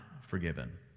forgiven